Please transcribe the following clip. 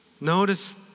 Notice